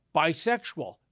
bisexual